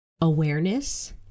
awareness